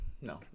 No